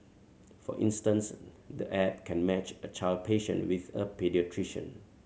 for instance the app can match a child patient with a paediatrician